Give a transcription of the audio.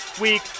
week